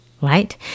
Right